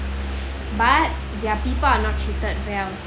but their people are not treated well